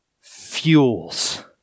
fuels